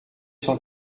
cent